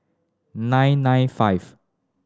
nine nine five